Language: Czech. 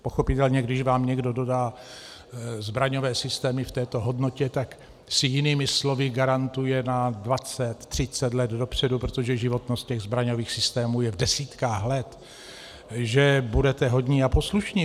Pochopitelně, když vám někdo dodá zbraňové systémy v této hodnotě, tak si jinými slovy garantuje na dvacet třicet let dopředu protože životnost těch zbraňových systémů je v desítkách let že budete hodní a poslušní.